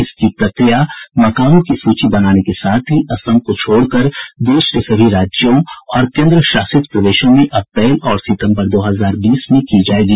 इसकी प्रक्रिया मकानों की सूची बनाने के साथ ही असम को छोड़कर देश के सभी राज्यों और केन्द्रशासित प्रदेशों में अप्रैल और सितम्बर दो हजार बीस में की जाएगी